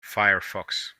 firefox